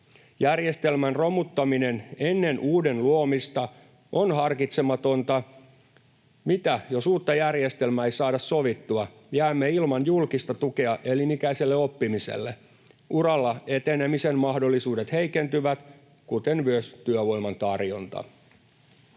Järjestelmän romuttaminen ennen uuden luomista on harkitsematonta. Mitä jos uutta järjestelmää ei saada sovittua? Jäämme ilman julkista tukea elin-ikäiselle oppimiselle. Uralla etenemisen mahdollisuudet heikentyvät, kuten myös työvoiman tarjonta.